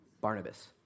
Barnabas